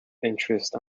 interest